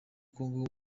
congo